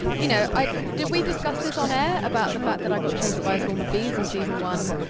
you know, i did we discuss this on air about the fact that i got chased by a swarm of bees in season one,